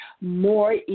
more